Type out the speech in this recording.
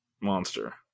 monster